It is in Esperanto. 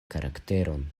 karakteron